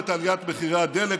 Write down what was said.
אנחנו מנענו את עליית מחירי הדלק,